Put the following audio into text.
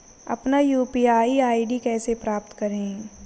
अपना UPI ID कैसे प्राप्त करें?